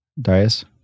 Darius